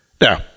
Now